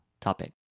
topic